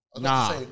Nah